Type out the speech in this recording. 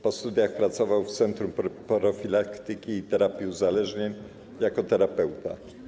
Po studiach pracował w Centrum Profilaktyki i Terapii Uzależnień jako terapeuta.